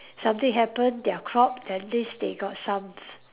something happened their crop then at least they got some